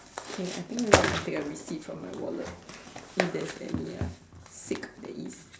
okay I think maybe I can take a receipt from my wallet if there's any ya sick there is